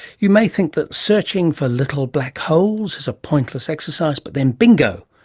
you may think that searching for little black holes is a pointless exercise, but then, bingo,